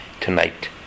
tonight